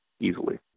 easily